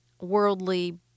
worldly